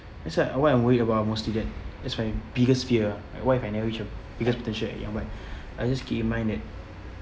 that's why what I'm worried about mostly that is my biggest fear like what if I never reach a biggest potential at young but I just keep in mind that